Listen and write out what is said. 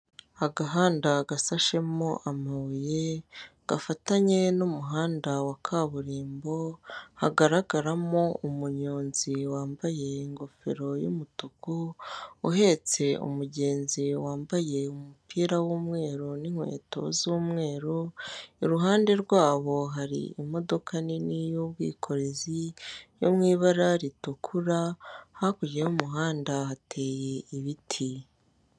Agahanda gasashemo amabuye, gafatanye n'umuhanda wa kaburimbo, hagaragaramo umunyonzi wambaye ingofero y'umutuku, uhetse umugenzi wambaye umupira w'umweru n'inkweto z'umweru, iruhande rwabo hari imodoka nini y'ubwikorezi yo mui ibara ritukura, hakurya y'umuhanda hateye ibiti.